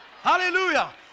Hallelujah